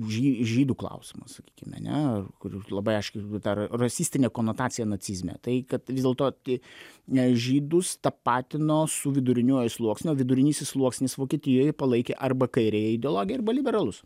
už žy žydų klausimą sakykime ane kur ir labai aiški ta rasistinė konotacija nacizme tai kad vis dėlto tai žydus tapatino su viduriniuoju sluoksniu o vidurinysis sluoksnis vokietijoj palaikė arba kairiąją ideologiją arba liberalus